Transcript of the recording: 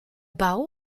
bau